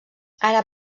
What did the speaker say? ara